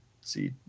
see